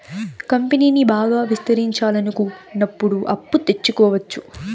కంపెనీని బాగా విస్తరించాలనుకున్నప్పుడు అప్పు తెచ్చుకోవచ్చు